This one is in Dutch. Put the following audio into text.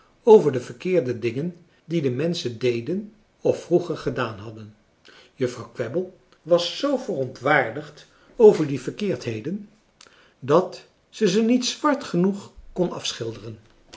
over de verkeerde dingen die de menschen deden of vroeger gedaan hadden juffrouw kwebbel was zoo verontwaardigd over die verkeerdheden dat zij ze niet zwart genoeg kon afschilderen